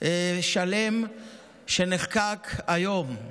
ושלם שנחקק היום.